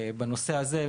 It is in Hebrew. בנושא הזה,